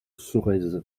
sorèze